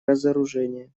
разоружение